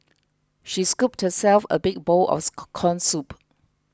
she scooped herself a big bowl of the Corn Soup